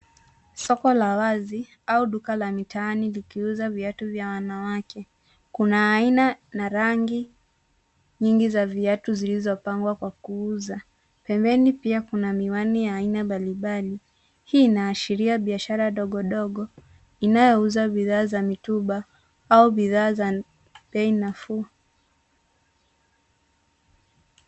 Soko la wazi au duka la mitaani likiuza viatu vya wanawake. Kuna aina na rangi nyingi za viatu zilizopangwa kwa kuuza. Pembeni pia kuna miwani ya aina mbalimbali. Hii inaashiria biashara ndogo ndogo inayouza bidhaa za mitumba au bidhaa za bei nafuu.